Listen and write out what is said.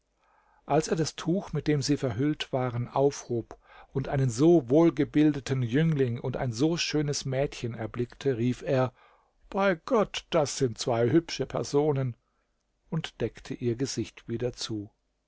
als er das tuch mit dem sie verhüllt waren aufhob und einen so wohlgebildeten jüngling und ein so schönes mädchen erblickte rief er bei gott das sind zwei hübsche personen und deckte ihr gesicht wieder zu